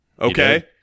okay